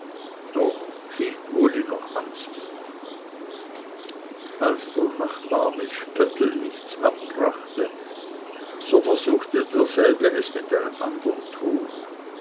doch hielt uli noch an sich als der nachbar mit spötteln nichts abbrachte so versuchte derselbe es mit einem andern ton